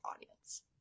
audience